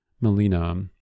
Melina